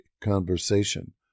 conversation